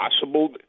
possible